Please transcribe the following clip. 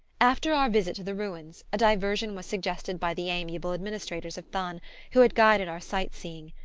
after our visit to the ruins, a diversion was suggested by the amiable administrators of thann who had guided our sight-seeing.